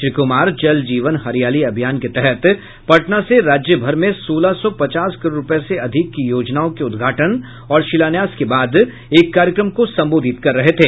श्री कुमार जल जीवन हरियाली अभियान के तहत पटना से राज्य भर में सोलह सौ पचास करोड़ रूपये से अधिक की योजनाओं के उद्घाटन और शिलान्यास के बाद एक कार्यक्रम को संबोधित कर रहे थे